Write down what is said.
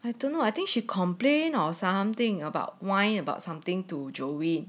I don't know I think she complain or something about wine about something to joey